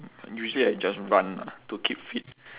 usually I just run lah to keep fit